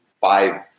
five